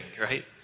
right